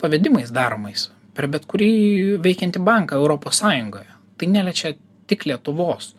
pavedimais daromais per bet kurį veikiantį banką europos sąjungoj tai neliečia tik lietuvos